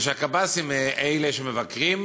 הקב"סים מבקרים,